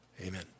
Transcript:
amen